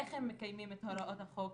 איך הם מקיימים את הוראות החוק.